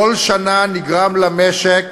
בכל שנה נגרם למשק